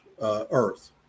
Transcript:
earth